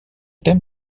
thème